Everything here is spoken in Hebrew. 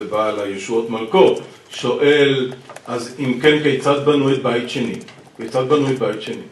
ובעל הישועות מלכו, שואל, אז אם כן כיצד בנו את בית שני, כיצד בנו את בית שני?